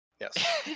Yes